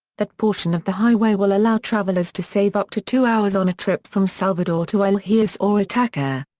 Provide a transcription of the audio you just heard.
that portion of the highway will allow travelers to save up to two hours on a trip from salvador to ilheus or itacare.